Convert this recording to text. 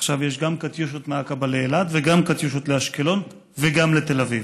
עכשיו יש קטיושות מעקבה לאילת וגם קטיושות לאשקלון וגם לתל אביב.